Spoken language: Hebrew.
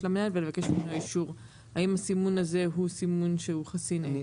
למנהל ולבקש ממנו אישור האם הסימון הזה הוא סימון חסין אש?